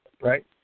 right